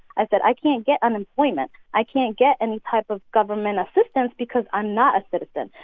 i said, i can't get unemployment. i can't get any type of government assistance because i'm not a citizen.